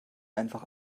einfach